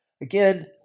again